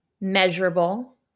measurable